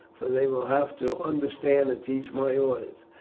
for they will have to understand and teach my orders,